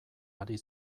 ari